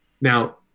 now